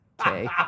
Okay